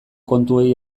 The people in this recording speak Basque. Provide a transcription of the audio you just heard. kontuei